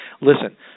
listen